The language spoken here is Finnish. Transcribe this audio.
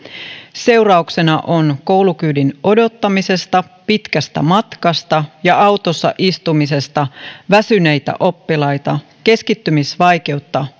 seurauksena on koulukyydin odottamisesta pitkästä matkasta ja autossa istumisesta väsyneitä oppilaita keskittymisvaikeutta